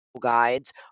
guides